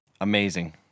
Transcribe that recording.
Amazing